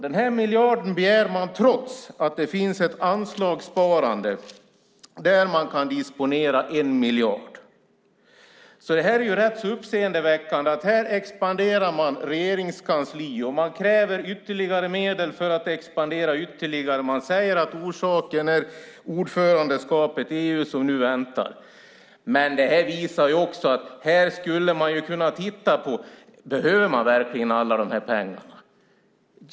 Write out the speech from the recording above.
Den här miljarden begär man trots att det finns ett anslagssparande där man kan disponera 1 miljard. Det här är rätt uppseendeväckande. Här expanderar man Regeringskansliet och kräver ytterligare medel för att expandera ännu mer. Man säger att orsaken är ordförandeskapet i EU som nu väntar. Men det här visar också att man skulle kunna titta på om man verkligen behöver alla de här pengarna.